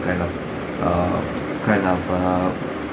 kind of err kind of a